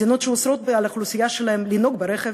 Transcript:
מדינות שאוסרות על האוכלוסייה שלהן לנהוג ברכב,